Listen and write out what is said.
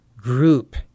group